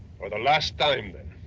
for the last time. but